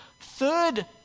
Third